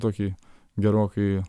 tokį gerokai